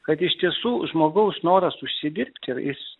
kad iš tiesų žmogaus noras užsidirbti jis